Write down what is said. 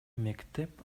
мектеп